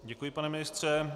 Děkuji, pane ministře.